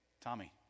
Tommy